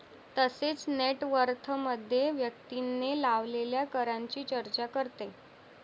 तसेच नेट वर्थमध्ये व्यक्तीने लावलेल्या करांची चर्चा करते